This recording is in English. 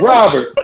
Robert